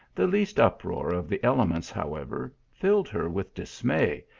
the least uproar of the elements, however, filled her with dismay,